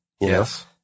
Yes